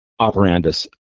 operandus